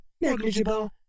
negligible